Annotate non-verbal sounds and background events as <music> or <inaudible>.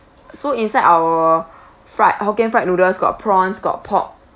so inside our <breath> fried hokkien fried noodles got prawns got pork